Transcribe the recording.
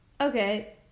Okay